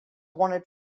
wanted